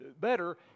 better